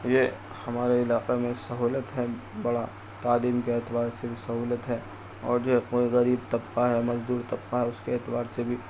یہ ہمارے علاقہ میں سہولت ہے بڑا تعلیم کے اعتبار سے بھی سہولت ہے اور جو ہے کوئی غریب طبقہ ہے مزدور طبقہ ہے اس کے اعتبار سے بھی